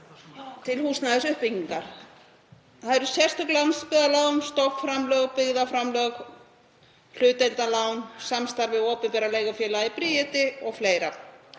til húsnæðisuppbyggingar. Það eru sérstök landsbyggðarlán, stofnframlög, byggðaframlög, hlutdeildarlán, samstarf við opinbera leigufélagið Bríeti og fleira.